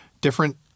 different